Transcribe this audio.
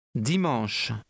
Dimanche